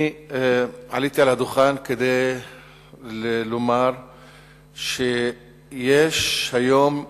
עליתי על הדוכן כדי לומר שיש היום,